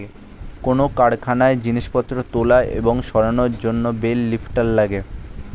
কোন কারখানায় জিনিসপত্র তোলা এবং সরানোর জন্যে বেল লিফ্টার লাগে